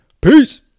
Peace